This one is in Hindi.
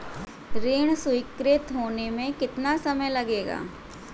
ऋण स्वीकृत होने में कितना समय लगेगा?